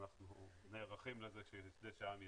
ואנחנו נערכים לכך שהעם יידע,